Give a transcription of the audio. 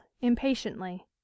impatiently